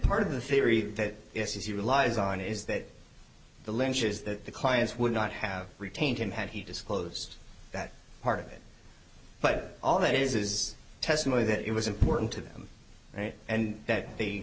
part of the theory that yes he relies on is that the lunch is that the clients would not have retained him had he disclosed that part of it but all that is is testimony that it was important to them and that they